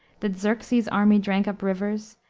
that xerxes's army drank up rivers,